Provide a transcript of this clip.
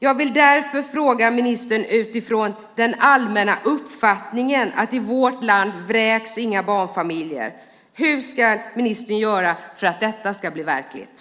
Jag vill därför ställa en fråga till ministern utifrån den allmänna uppfattningen att inga barnfamiljer vräks i vårt land. Hur ska ministern göra för att detta ska bli verklighet?